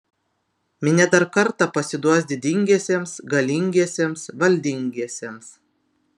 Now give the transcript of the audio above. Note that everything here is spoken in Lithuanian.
minia dar kartą pasiduos didingiesiems galingiesiems valdingiesiems